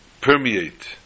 permeate